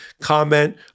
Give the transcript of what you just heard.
comment